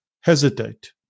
hesitate